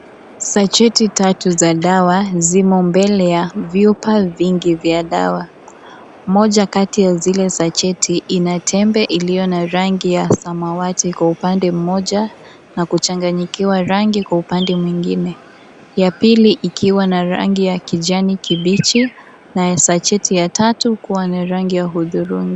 Sacheti tatu za dawa nzima mbele ya vyupa vingi vya dawa. Moja kati ya zile sacheti ina tembe iliyo na rangi ya samawati kwa upande moja na kuchanganyikiwa rangi kwa upande mwingine. Ya pili ikiwa na rangi ya kijani kibichi, na ya sacheti ya tatu kuwa ni rangi ya hudhurungi.